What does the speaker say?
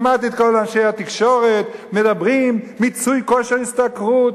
שמעתי את כל אנשי התקשורת מדברים: מיצוי כושר השתכרות,